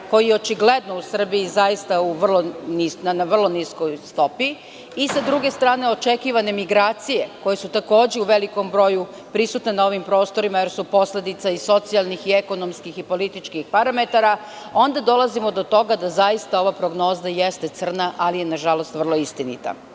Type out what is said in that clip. koji je u Srbiji očigledno na vrlo niskoj stopi, i, sa druge strane, očekivane migracije, koje su takođe u velikom broju prisutne na ovim prostorima, jer su posledica socijalnih, ekonomskih, političkih parametara, onda dolazimo do toga da zaista ova prognoza jeste crna, ali je i vrlo istinita. Kaže,